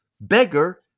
beggar